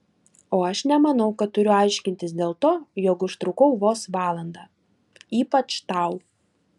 o aš nemanau kad turiu aiškintis dėl to jog užtrukau vos valandą ypač tau